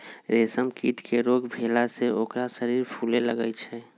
रेशम कीट के रोग भेला से ओकर शरीर फुले लगैए छइ